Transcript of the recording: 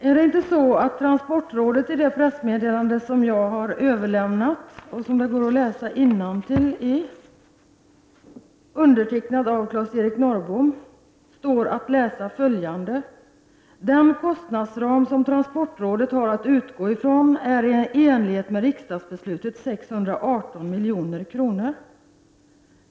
Är det inte så att det i transportrådets pressmeddelande, som jag har överlämnat och som det går att läsa innantill i, undertecknat av Claes-Eric Norrbom, står att läsa följande: ”Den kostnadsram som transportrådet har att utgå från är i enlighet med riksdagsbeslutet 618 miljoner kronor”?